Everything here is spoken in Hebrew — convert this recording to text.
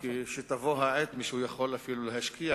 כי כשתבוא העת מישהו יכול להשקיע,